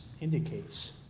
indicates